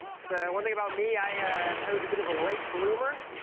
so one thing about me, i was a bit of a late bloomer.